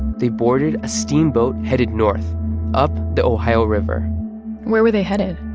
they boarded a steamboat headed north up the ohio river where were they headed?